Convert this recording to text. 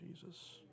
Jesus